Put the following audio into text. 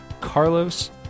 Carlos